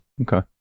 Okay